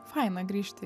faina grįžti